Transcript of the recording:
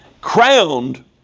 crowned